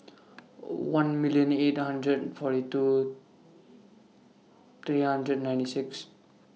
one million eight hundred and forty two three hundred ninety six